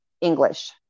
English